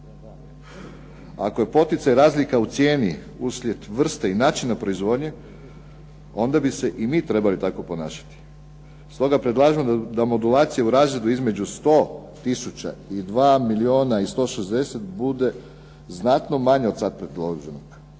Ako je poticaj razlika u cijeni uslijed vrste i načina proizvodnje onda bi se i mi trebali tako ponašati. Stoga predlažemo da modulacije u razredu između 100000 i 2 milijuna i 160 bude znatno manje od sad predloženog.